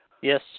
Yes